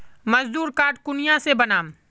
मजदूर कार्ड कुनियाँ से बनाम?